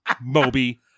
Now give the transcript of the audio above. Moby